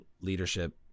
leadership